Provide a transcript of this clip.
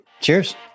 Cheers